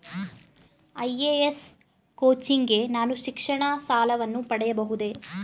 IAS coaching ಗೆ ನಾನು ಶಿಕ್ಷಣ ಸಾಲವನ್ನು ಪಡೆಯಬಹುದೇ?